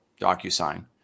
DocuSign